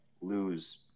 lose